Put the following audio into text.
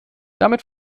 damit